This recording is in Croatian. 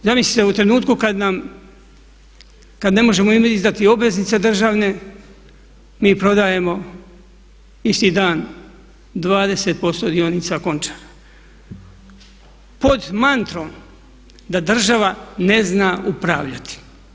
Zamislite u trenutku kad nam, kad ne možemo izdati obveznice državne mi prodajemo isti dan 20% dionica Končara pod mantrom da država ne zna upravljati.